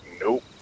nope